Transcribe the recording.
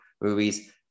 movies